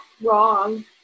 wrong